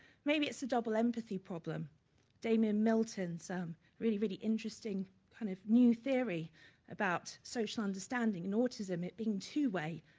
maybe it's a double empathy problem, and david milton's um really, really interesting kind of new theory about social understanding and autism it being two way,